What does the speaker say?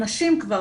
נשים כבר,